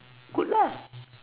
good lah